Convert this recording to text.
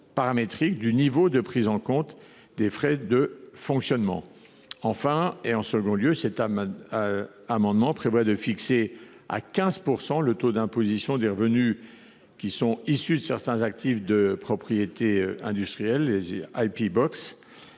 paramétrique du niveau de prise en compte des frais de fonctionnement. En second lieu, cet amendement tend à fixer à 15 % le taux d’imposition des revenus issus de certains actifs de propriété industrielle, les.